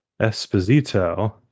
Esposito